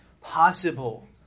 possible